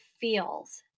feels